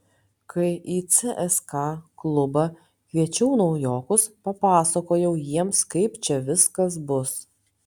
kai į cska klubą kviečiau naujokus papasakojau jiems kaip čia viskas bus